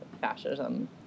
fascism